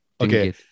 okay